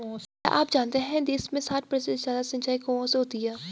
क्या आप जानते है देश में साठ प्रतिशत से ज़्यादा सिंचाई कुओं से होती है?